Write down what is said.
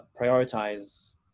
prioritize